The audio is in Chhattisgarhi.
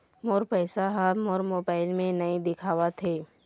मोर पैसा ह मोर मोबाइल में नाई दिखावथे